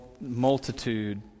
multitude